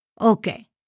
Okay